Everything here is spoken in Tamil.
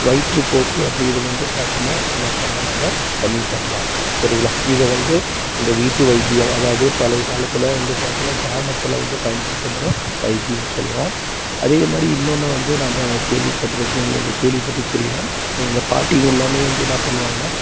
வயிற்றுப்போக்கு அப்படிங்கறது வந்து பார்த்தின்னா என்ன பண்ணலாம் நாம் கம்மி பண்ணலாம் சரிங்களா இதை வந்து இந்த வீட்டு வைத்தியம் அதாவது பழைய காலத்தில் வந்து பார்த்தோன்னா கிராமத்தில் வந்து பயன்படுத்தப்படும் வைத்தியம்னு சொல்லலாம் அதே மாதிரி இன்னொன்னு வந்து நாம் கேள்விப்பட்டிருக்கோம் நீங்கள் கேள்விப்பட்டு தெரியலயா இந்த பாட்டிங்கள் எல்லாமே வந்து என்ன பண்ணுவாங்கனால்